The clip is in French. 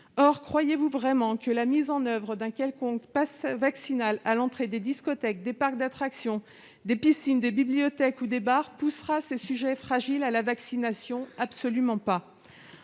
Croyez-vous vraiment que la mise en oeuvre d'un quelconque passe vaccinal à l'entrée des discothèques, des parcs d'attractions, des piscines, des bibliothèques ou des bars poussera ces sujets fragiles à la vaccination ? Absolument pas